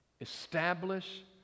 establish